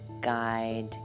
guide